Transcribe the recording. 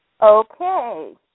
Okay